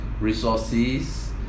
resources